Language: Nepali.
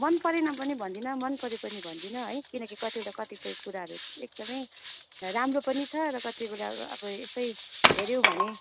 मन परेन पनि भन्दिनँ मन पऱ्यो पनि भन्दिनँ है किनकि कतिवटा कतिपय कुराहरू एकदमै राम्रो पनि छ र कति कुरा अब यसै हेऱ्यो भने